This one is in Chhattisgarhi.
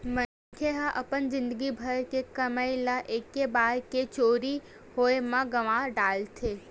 मनखे ह अपन जिनगी भर के कमई ल एके बार के चोरी होए म गवा डारथे